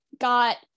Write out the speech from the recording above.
got